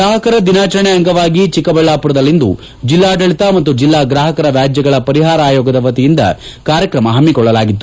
ಗ್ರಾಪಕರ ದಿನಾಚರಣೆ ಅಂಗವಾಗಿ ಚಿಕ್ಕಬಳ್ಳಾಮರದಲ್ಲಿಂದು ಜಿಲ್ಲಾಡಳಿತ ಮತ್ತು ಜಿಲ್ಲಾ ಗ್ರಾಪಕರ ವ್ಯಾಜ್ಞಗಳ ಪರಿಹಾರ ಆಯೋಗದ ವತಿಯಿಂದ ಕಾರ್ಯಕ್ರಮವನ್ನು ಹಮ್ಮಿಕೊಳ್ಳಲಾಗಿತ್ತು